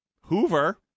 Hoover